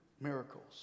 miracles